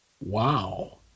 Wow